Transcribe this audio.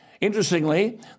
Interestingly